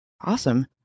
Awesome